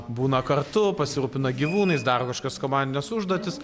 būna kartu pasirūpina gyvūnais daro kažkas komandines užduotis